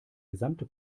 gesamte